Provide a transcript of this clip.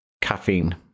caffeine